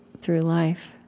through life.